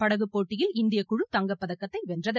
படகுப்போட்டியில் இந்திய குழு தங்கப்பதக்கத்தை வென்றது